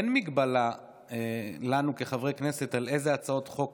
אין הגבלה לנו כחברי הכנסת על אילו הצעות חוק